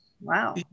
Wow